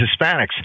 Hispanics